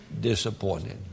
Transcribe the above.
disappointed